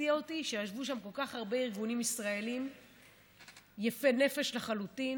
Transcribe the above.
הפתיע אותי שישבו שם כל כך הרבה ארגונים ישראליים יפי נפש לחלוטין,